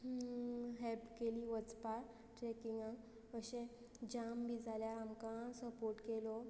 help केली वचपाक ट्रॅकिंगांक अशें जाम बी जाल्यार आमकां सपोर्ट केलो